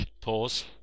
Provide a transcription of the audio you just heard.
pause